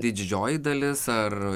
tai didžioji dalis ar